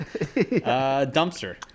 dumpster